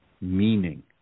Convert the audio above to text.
meaning